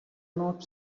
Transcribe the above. not